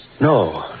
No